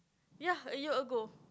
ya a year ago